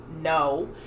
No